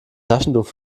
taschentuch